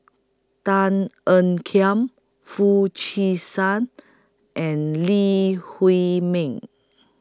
Tan Ean Kiam Foo Chee San and Lee Huei Min